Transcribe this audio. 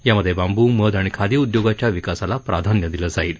यामधे बांबू मध आणि खादी उद्योगाच्या विकासाला प्राधान्य दिलं जाईल